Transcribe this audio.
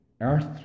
earth